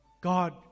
God